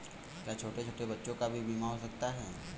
क्या छोटे छोटे बच्चों का भी बीमा हो सकता है?